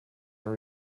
are